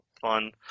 Fun